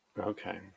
Okay